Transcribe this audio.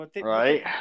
Right